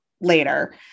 later